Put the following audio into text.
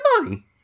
money